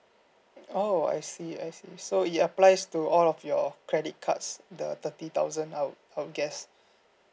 oh I see I see so it applies to all of your credit cards the thirty thousand I I would guess